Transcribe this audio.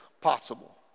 possible